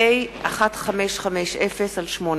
פ/1550/18,